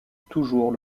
toujours